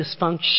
dysfunction